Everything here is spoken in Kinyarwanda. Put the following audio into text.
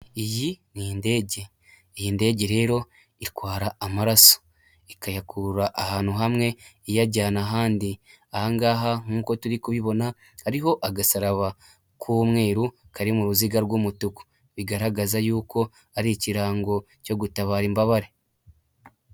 Iyi ni indege. Iyi ndege rero itwara amaraso, ikayakurura ahantu hamwe iyajyana ahandi. Aha ngaha nk'uko turi kubibona hariho agasaraba k'umweru kari mu ruziga rw'umutuku, bigaragaza yuko ari ikirango cyo gutabara imbabare.